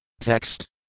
Text